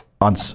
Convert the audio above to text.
on